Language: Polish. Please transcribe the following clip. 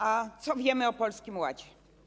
A co wiemy o Polskim Ładzie?